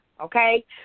Okay